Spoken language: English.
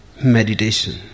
meditation